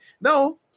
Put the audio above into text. no